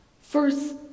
First